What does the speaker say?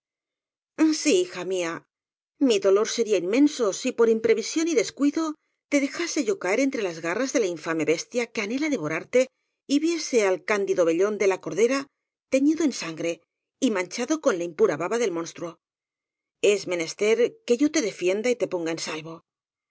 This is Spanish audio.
sí hija mía mi dolor sería inmenso si por imprevisión y descuido te dejase yo caer entre las garras de la infame bestia que anhela devorarte y viese el cándido vellón de la cordera teñido en sangre y manchado con la impura baba del mons truo es menester que yo te defienda y te ponga en salvo